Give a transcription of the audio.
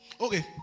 Okay